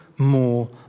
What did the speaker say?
more